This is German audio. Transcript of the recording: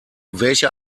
welche